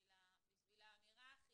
בשביל האמירה החיובית.